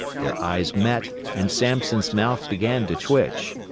their eyes met, and sampson's mouth began to twitch.